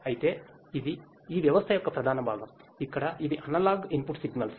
అయితే ఇది ఈ వ్యవస్థ యొక్క ప్రధాన భాగం ఇక్కడ ఇవి అనలాగ్ ఇన్పుట్ సిగ్నల్స్